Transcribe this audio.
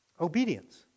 Obedience